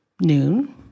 noon